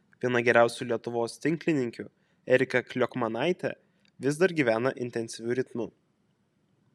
viena geriausių lietuvos tinklininkių erika kliokmanaitė vis dar gyvena intensyviu ritmu